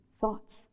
thoughts